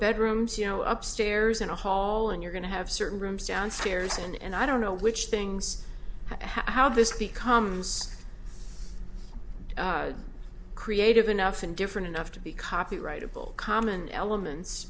bedrooms you know upstairs in a hall and you're going to have certain rooms downstairs and i don't know which things how this becomes creative enough and different enough to be copyrightable common elements